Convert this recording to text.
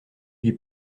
lui